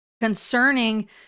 concerning